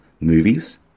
Movies